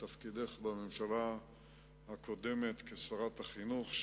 בתפקידך בממשלה הקודמת כשרת החינוך,